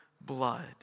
blood